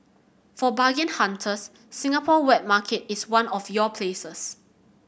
for bargain hunters Singapore wet market is one of your places